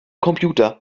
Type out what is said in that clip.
computer